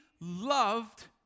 loved